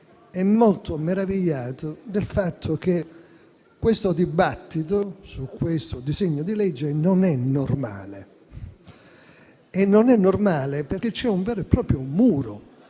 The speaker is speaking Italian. molto meravigliato del fatto che il dibattito su questo disegno di legge non sia normale. Non è normale perché c'è un vero e proprio muro